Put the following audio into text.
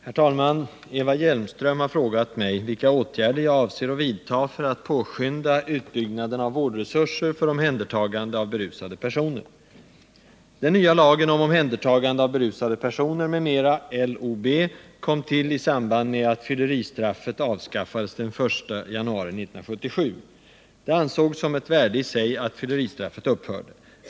Herr talman! Eva Hjelmström har fråga mig vilka åtgärder jag avser att vidta för att påskynda utbyggnaden av vårdresurser för omhändertagande av berusade personer. Den nya lagen om omhändertagande av berusade personer m.m. kom till i samband med att fylleristraffet avskaffades den 1 januari 1977. Det ansågs som ett värde i sig att fylleristraffet upphörde.